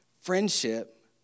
friendship